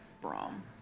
brom